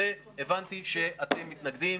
הבנתי שאתם מתנגדים.